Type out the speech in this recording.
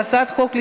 כולל שרן השכל,